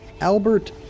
Albert